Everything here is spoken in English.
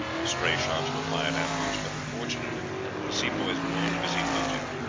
stray shots were fired after us. but fortunately the sepoys were all busy looting,